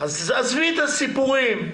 אז עזבי את הסיפורים.